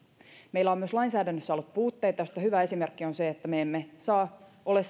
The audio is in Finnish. meillä on myös lainsäädännössä ollut puutteita joista hyvä esimerkki on se että me emme ole